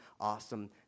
awesome